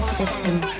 system